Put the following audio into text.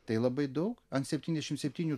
tai labai daug ant septyniasdešimt septynių